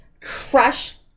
Crush